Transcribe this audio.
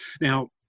Now